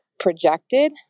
projected